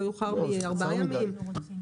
או לא יאוחר מארבעה ימים.